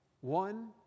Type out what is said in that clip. one